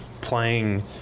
playing